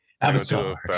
Avatar